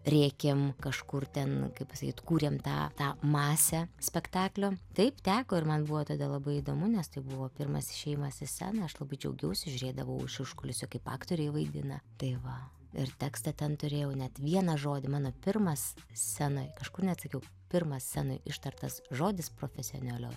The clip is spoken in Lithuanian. rėkėm kažkur ten kaip pasakyt kūrėm tą tą masę spektaklio taip teko ir man buvo tada labai įdomu nes tai buvo pirmas išėjimas į sceną aš labai džiaugiausi žiūrėdavau iš užkulisių kaip aktoriai vaidina tai va ir tekstą ten turėjau net vieną žodį mano pirmas scenoj kažkur net sakiau pirmas scenoj ištartas žodis profesionalioj